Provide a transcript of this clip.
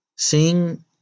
Seeing